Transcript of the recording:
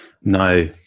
No